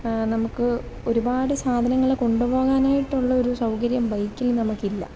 നമുക്ക് ഒരുപാടു സാധനങ്ങൾ കൊണ്ടുപോകാൻ ആയിട്ടുള്ള ഒരു സൗകര്യം ബൈക്കിൽ നമുക്കില്ല അപ്പോൾ